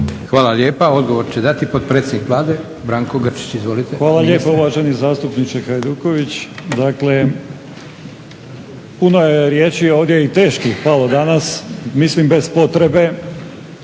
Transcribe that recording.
Hvala lijepa. Odgovor će dati potpredsjednik Vlade Branko Grčić. Izvolite. **Grčić, Branko (SDP)** Hvala lijepo uvaženi zastupniče Hajduković. Dakle, puno je riječi ovdje i teških palo danas mislim bez potrebe.